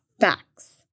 facts